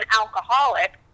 alcoholic